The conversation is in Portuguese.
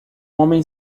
homem